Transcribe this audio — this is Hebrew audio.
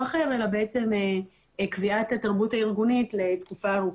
אחר אלא בעצם קביעת התרבות הארגונית לתקופה ארוכה.